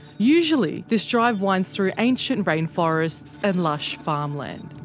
usually this drive winds through ancient rainforests and lush farmland.